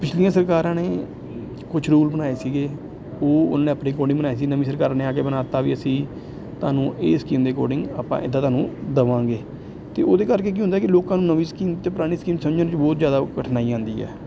ਪਿਛਲੀਆਂ ਸਰਕਾਰਾਂ ਨੇ ਕੁਛ ਰੂਲ ਬਣਾਏ ਸੀਗੇ ਉਹ ਉਹਨਾਂ ਨੇ ਆਪਣੇ ਅਕੋਰਡਿੰਗ ਬਣਾਏ ਸੀ ਨਵੀਂ ਸਰਕਾਰਾਂ ਨੇ ਆ ਕੇ ਬਣਾ ਤਾ ਵੀ ਅਸੀਂ ਤੁਹਾਨੂੰ ਇਹ ਸਕੀਮ ਦੇ ਅਕੋਰਡਿੰਗ ਆਪਾਂ ਇੱਦਾਂ ਤੁਹਾਨੂੰ ਦੇਵਾਂਗੇ ਅਤੇ ਉਹਦੇ ਕਰਕੇ ਕੀ ਹੁੰਦਾ ਕੀ ਲੋਕਾਂ ਨੂੰ ਨਵੀਂ ਸਕੀਮ ਅਤੇ ਪੁਰਾਣੀ ਸਕੀਮ ਸਮਝਣ 'ਚ ਬਹੁਤ ਜ਼ਿਆਦਾ ਕਠਿਨਾਈ ਆਉਂਦੀ ਹੈ